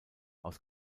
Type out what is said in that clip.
aus